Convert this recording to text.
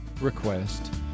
request